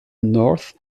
north